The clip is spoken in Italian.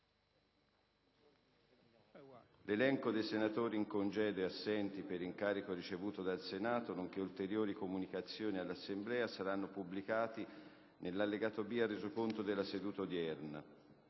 L'elenco dei senatori in congedo e assenti per incarico ricevuto dal Senato, nonché ulteriori comunicazioni all'Assemblea saranno pubblicati nell'allegato B al Resoconto della seduta odierna.